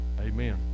Amen